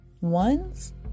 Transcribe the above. ones